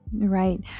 Right